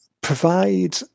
provide